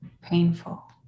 painful